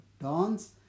dawns